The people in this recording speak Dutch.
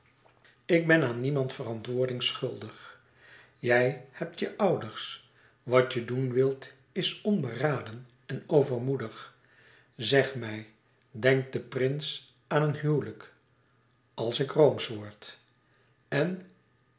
ik ben aan niemand verantwoording schuldig jij hebt je ouders wat je doen wilt is onberaden en overmoedig zeg mij denkt de prins aan een huwelijk als ik roomsch word en